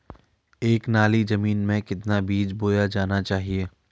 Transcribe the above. एक नाली जमीन में कितना बीज बोया जाना चाहिए?